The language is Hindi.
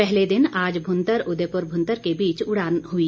पहले दिन आज भुंतर उदयपुर भुंतर के बीच उड़ान हुई